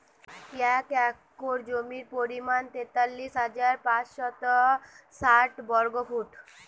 এক একর জমির পরিমাণ তেতাল্লিশ হাজার পাঁচশত ষাট বর্গফুট